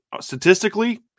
statistically